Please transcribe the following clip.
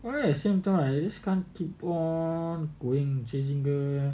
whereas same time I just can't keep on going chasing girls